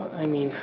i mean,